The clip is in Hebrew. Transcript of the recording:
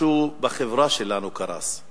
משהו בחברה שלנו קרס.